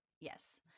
Yes